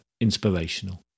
inspirational